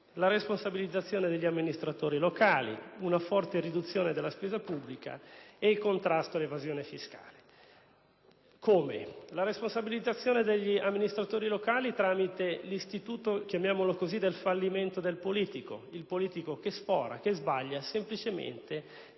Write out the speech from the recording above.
la responsabilizzazione degli amministratori locali, una forte riduzione della spesa pubblica e il contrasto all'evasione fiscale. Come? La responsabilizzazione degli amministratori locali tramite l'istituto - chiamiamolo così - del fallimento del politico: un politico che sfora e sbaglia semplicemente